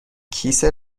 کیسه